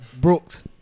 Brooks